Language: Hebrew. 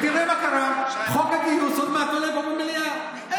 חוק הגיוס שאתם מעבירים פה,